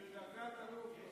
היא בדרגת אלוף,